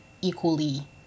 equally